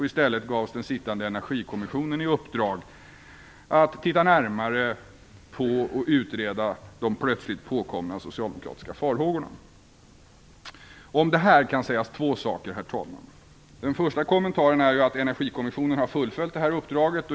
I stället gavs den sittande energikommissionen i uppdrag att titta närmare på och utreda de plötsligt påkomna socialdemokratiska farhågorna. Om det här kan sägas två saker, herr talman. Den första kommentaren är att Energikommissionen har fullföljt det här uppdraget.